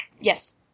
Yes